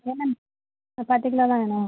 என்னென்ன ஒரு பத்து கிலோ தான் வேணும்